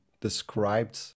described